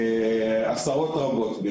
עשרות רבות.